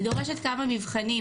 היא דורשת כמה מבחנים.